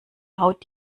haut